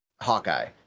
Hawkeye